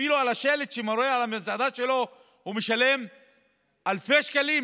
אפילו על השלט שמורה על המסעדה שלו הוא משלם אלפי שקלים,